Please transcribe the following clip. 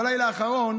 בלילה האחרון